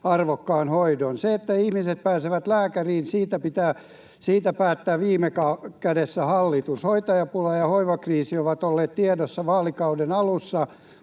arvokkaan hoidon. Siitä, että ihmiset pääsevät lääkäriin, päättää viime kädessä hallitus. Hoitajapula ja hoivakriisi ovat olleet tiedossa vaalikauden alussa,